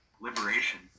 liberation